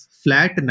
flat